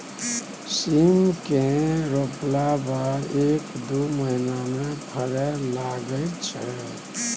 सीम केँ रोपला बाद एक दु महीना मे फरय लगय छै